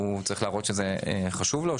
הוא צריך להראות שזה חשוב לו,